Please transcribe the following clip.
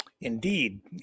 Indeed